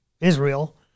Israel